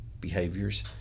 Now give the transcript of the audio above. behaviors